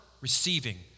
receiving